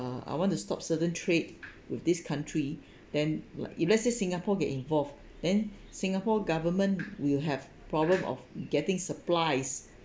uh I want to stop certain trade with this country then like if let's say singapore get involved then singapore government will have problem of getting supplies